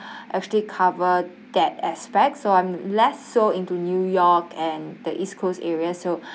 if you cover that aspect so I'm less so into new york and the east coast area so